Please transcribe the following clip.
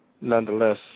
nonetheless